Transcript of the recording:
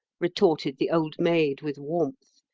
retorted the old maid, with warmth.